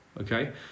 okay